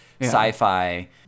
sci-fi